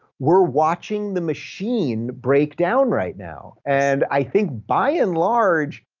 we're watching the machine break down right now. and i think by and large,